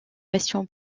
passion